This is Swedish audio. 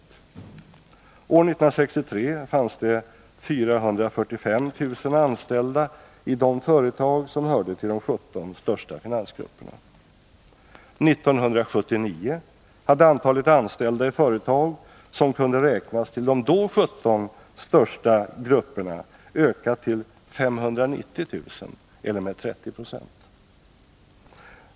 År 1963 fanns det 445 000 anställda i de företag som hörde till de 17 största finansgrupperna. 1979 hade antalet anställda i företag som kunde räknas till de då 17 största grupperna ökat till 590 000 eller med 30 9.